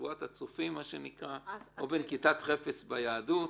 "בשבועת צופים" מה שנקרא או בנקיטת חפץ ביהדות,